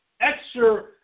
extra